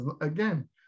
again